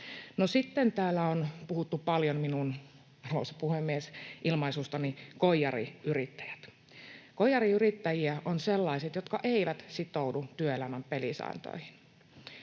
Sitten täällä on puhuttu paljon, arvoisa puhemies, minun ilmaisustani ”koijariyrittäjät”. Koijariyrittäjiä ovat sellaiset, jotka eivät sitoudu työelämän pelisääntöihin,